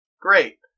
Great